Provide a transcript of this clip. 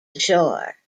ashore